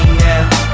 now